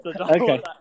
Okay